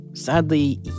Sadly